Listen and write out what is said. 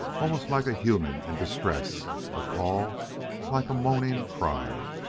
almost like a human in distress a call like a moaning cry.